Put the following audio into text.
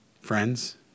friends